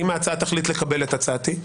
אם הוועדה תחליט לקבל את הצעתי,